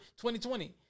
2020